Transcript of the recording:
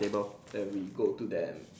table then we go to them